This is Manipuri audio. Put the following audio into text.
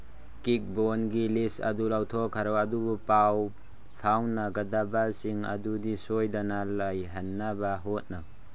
ꯀꯤꯛꯕꯣꯟꯒꯤ ꯂꯤꯁ ꯑꯗꯨ ꯂꯧꯊꯣꯛꯈꯔꯣ ꯑꯗꯨꯕꯨ ꯄꯥꯎ ꯐꯥꯎꯅꯒꯗꯕꯁꯤꯡ ꯑꯗꯨꯗꯤ ꯁꯣꯏꯗꯅꯕ ꯂꯩꯍꯟꯅꯕ ꯍꯣꯠꯅꯧ